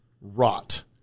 rot